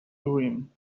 urim